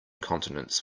continents